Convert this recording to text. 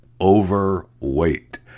overweight